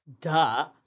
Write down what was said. Duh